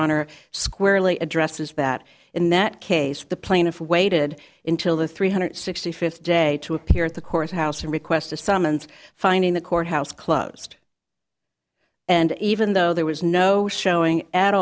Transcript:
honor squarely addresses that in that case the plaintiff waited until the three hundred sixty fifth day to appear at the courthouse and request a summons finding the courthouse closed and even though there was no showing at